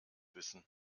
wissen